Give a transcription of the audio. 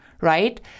right